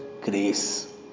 grace